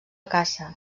caça